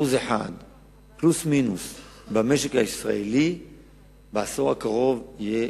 1% פלוס מינוס במשק הישראלי בעשור הקרוב יהיה